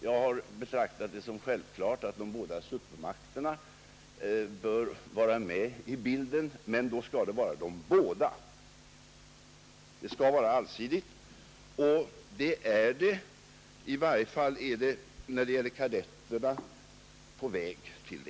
Jag har betraktat det som självklart att de båda supermakterna bör vara med i bilden, men då skall det vara båda. Utbytet skall vara allsidigt, och det är det på väg att bli.